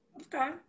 Okay